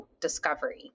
discovery